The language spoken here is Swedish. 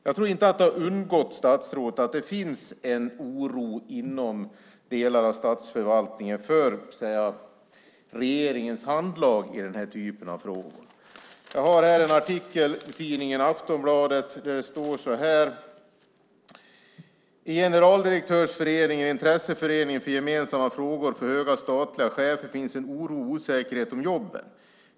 Jag tror inte att det har undgått statsrådet att det finns en oro inom delar av statsförvaltningen för regeringens handlag i den här typen av frågor. Jag har här en artikel i tidningen Aftonbladet, där det står så här: "I Generaldirektörsföreningen, en intresseförening för gemensamma frågor för höga statliga chefer, finns en oro och osäkerhet om jobben.